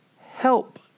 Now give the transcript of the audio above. help